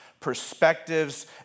perspectives